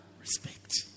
respect